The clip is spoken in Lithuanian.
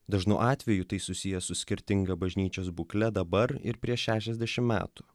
dažnu atveju tai susiję su skirtinga bažnyčios būkle dabar ir prieš šešiasdešim metų